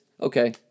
okay